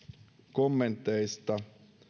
kommenteista